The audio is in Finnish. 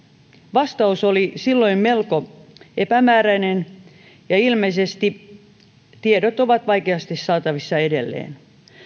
vastaus oli silloin melko epämääräinen ja ilmeisesti tiedot ovat vaikeasti saatavissa edelleen